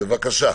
בבקשה.